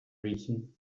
reason